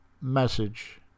message